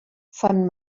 von